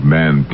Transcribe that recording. man